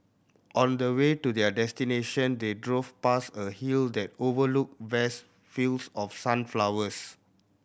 on the way to their destination they drove past a hill that overlooked vast fields of sunflowers